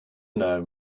know